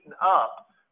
up